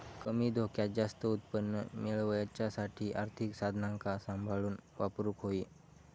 कमी धोक्यात जास्त उत्पन्न मेळवच्यासाठी आर्थिक साधनांका सांभाळून वापरूक होई